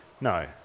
no